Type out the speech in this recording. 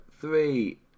Three